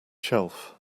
shelf